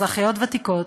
אזרחיות ותיקות,